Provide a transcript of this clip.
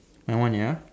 my one ya